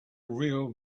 real